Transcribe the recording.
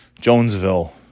Jonesville